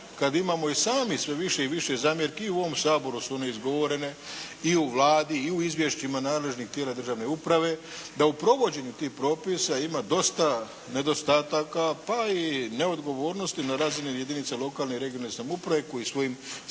kada imamo i sami sve više i više zamjerki i u ovom Saboru su one izgovorene i u Vladi i u izvješćima nadležnih tijela državne uprave, da u provođenju tih propisa ima dosta nedostataka pa i neodgovornosti na razini jedinica lokalne i regionalne samouprave koji svojim statutima